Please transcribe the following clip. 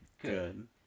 good